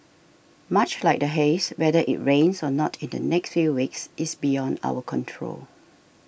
much like the haze whether it rains or not in the next few weeks is beyond our control